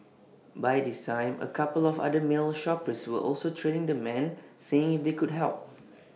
by this time A couple of other male shoppers were also trailing the man seeing if they could help